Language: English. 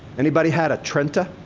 anybody had a trenta?